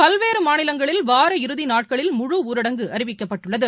பல்வேறுமாநிலங்களில் வார இறுதிநாட்களில் முழு ஊரடங்கு அறிவிக்கப்பட்டுள்ளது